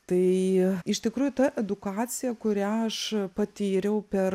tai iš tikrųjų ta edukacija kurią aš patyriau per